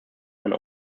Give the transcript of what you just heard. eine